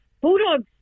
Bulldogs